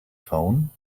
phone